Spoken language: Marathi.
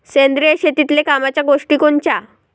सेंद्रिय शेतीतले कामाच्या गोष्टी कोनच्या?